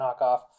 knockoff